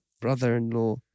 brother-in-law